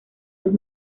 dos